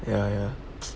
ya ya